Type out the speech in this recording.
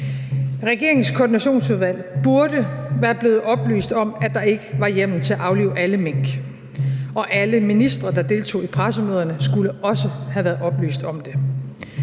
Regeringens koordinationsudvalg burde være blevet oplyst om, at der ikke var hjemmel til at aflive alle mink, og alle ministre, der deltog i pressemøderne, skulle også have været oplyst om det.